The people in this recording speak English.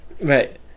Right